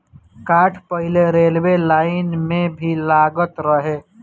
काठ पहिले railway line में भी लागत रहे